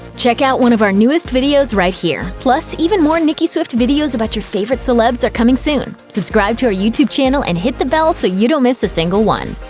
check out one of our newest videos right here! plus, even more nicki swift videos about your favorite celebs are coming soon. subscribe to our youtube channel and hit the bell so you don't miss a single one.